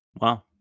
Wow